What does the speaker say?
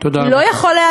תודה רבה.